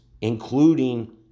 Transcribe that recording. including